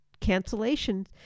cancellation